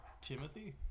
Timothy